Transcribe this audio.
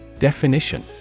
Definition